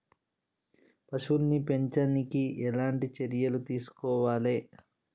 పశువుల్ని పెంచనీకి ఎట్లాంటి చర్యలు తీసుకోవాలే?